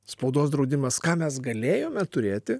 spaudos draudimas ką mes galėjome turėti